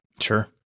Sure